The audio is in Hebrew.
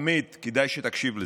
עמית, כדאי שתקשיב לזה.